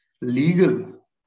legal